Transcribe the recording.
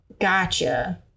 Gotcha